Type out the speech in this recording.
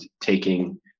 taking